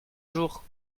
jours